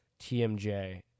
TMJ